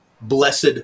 blessed